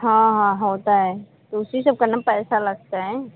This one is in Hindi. हाँ हाँ होता है तो इसी का का ना पैसा लगता है